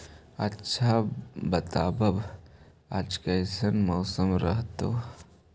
आच्छा बताब आज कैसन मौसम रहतैय?